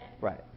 Right